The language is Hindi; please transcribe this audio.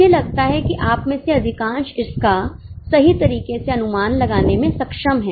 मुझे लगता है कि आप में से अधिकांश इसका सही तरीके से अनुमान लगाने में सक्षम हैं